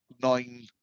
nine